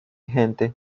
gente